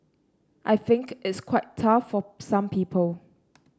I think it's quite tough for some people